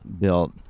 built